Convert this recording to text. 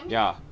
ya